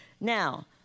Now